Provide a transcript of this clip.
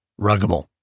Ruggable